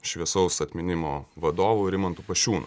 šviesaus atminimo vadovu rimantu pašiūnu